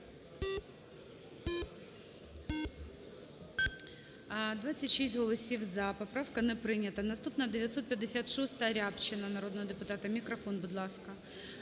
26 голосів "за". Поправка не прийнята. Наступна 956-а Рябчина народного депутата. Мікрофон, будь ласка.